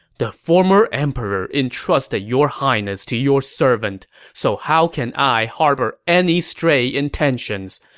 the former emperor entrusted your highness to your servant, so how can i harbor any stray intentions?